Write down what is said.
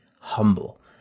humble